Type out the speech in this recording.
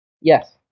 Yes